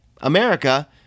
America